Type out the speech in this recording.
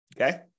Okay